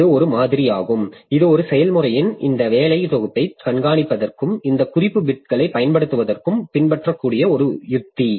இது ஒரு மாதிரியாகும் இது ஒரு செயல்முறையின் இந்த வேலை தொகுப்பைக் கண்காணிப்பதற்கும் இந்த குறிப்பு பிட்களைப் பயன்படுத்துவதற்கும் பின்பற்றக்கூடிய ஒரு உத்தி